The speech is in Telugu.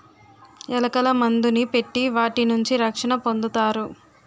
ఎలకల మందుని పెట్టి వాటి నుంచి రక్షణ పొందుతారు